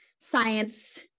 science